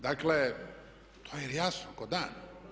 Dakle, to je jasno kao dan.